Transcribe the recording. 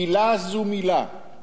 מלה זו מלה.